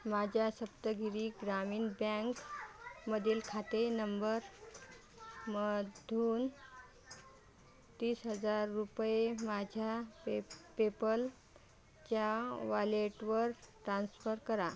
माझ्या सप्तगिरी ग्रामीण बँक मधील खाते नंबर मधून तीस हजार रुपये माझ्या पे पेपलच्या वालेटवर टान्स्फर करा